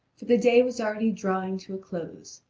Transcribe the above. for the day was already drawing to a close.